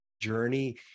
journey